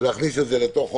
להכניס את זה גם כן לחוק.